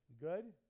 Good